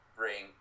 bring